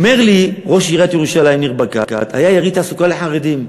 אומר לי ראש עיריית ירושלים ניר ברקת: היה יריד תעסוקה לחרדים.